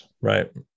right